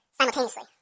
simultaneously